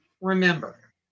remember